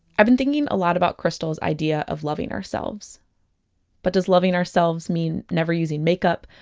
i've been thinking a lot about krystal's idea of loving ourselves but does loving ourselves mean never using makeup?